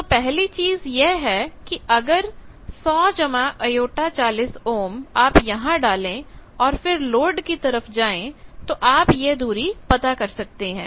तो पहली चीज यह है कि अगर100 j 40 Ω आप यहां डालें और फिर लोड की तरफ जाएं तो आप यह दूरी पता कर सकते हैं